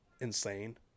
insane